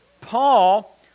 Paul